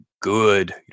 good